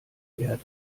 erde